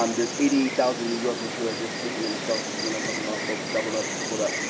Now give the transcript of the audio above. um there's eighty thousand new yorkers who are just sleeping in the shelters. we're not talking about folks doubled up, tripled up.